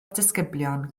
disgyblion